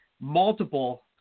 multiple –